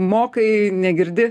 mokai negirdi